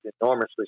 enormously